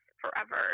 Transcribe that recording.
forever